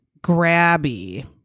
grabby